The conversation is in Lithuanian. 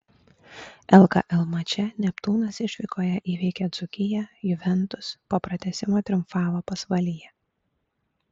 lkl mače neptūnas išvykoje įveikė dzūkiją juventus po pratęsimo triumfavo pasvalyje